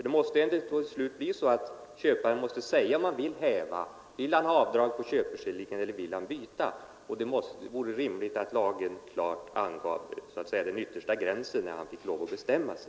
Det måste ju ändå till sist bli så att köparen tvingas säga om han vill häva köpet, ha avdrag på köpeskillingen eller byta varan. Det vore rimligt att lagen angav så att säga yttersta gränsen för när han måste bestämma sig.